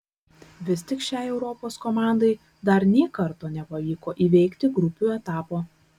vis tik šiai europos komandai dar nė karto nepavyko įveikti grupių etapo